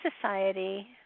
society